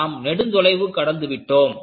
நாம் நெடுந்தொலைவு கடந்து விட்டோம்